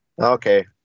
Okay